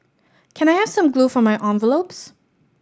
can I have some glue for my envelopes